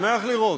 אני שמח לראות.